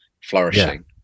flourishing